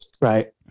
Right